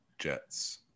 Jets